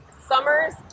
summers